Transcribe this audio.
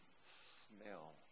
smell